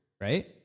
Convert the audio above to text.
right